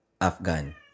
Afghan